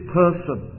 person